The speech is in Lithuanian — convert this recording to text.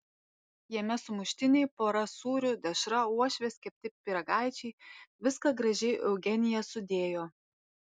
jame sumuštiniai pora sūrių dešra uošvės kepti pyragaičiai viską gražiai eugenija sudėjo